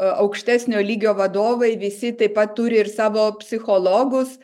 aukštesnio lygio vadovai visi taip pat turi ir savo psichologus